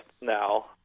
now